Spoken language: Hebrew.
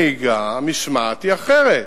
המשמעת, היא אחרת.